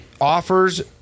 offers